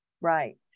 Right